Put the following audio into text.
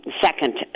second